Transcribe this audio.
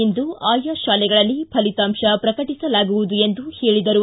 ಇಂದು ಆಯಾ ಶಾಲೆಗಳಲ್ಲಿ ಫಲಿತಾಂಶ ಪ್ರಕಟಿಸಲಾಗುವುದು ಎಂದು ಹೇಳಿದರು